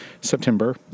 September